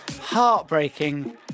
heartbreaking